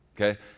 okay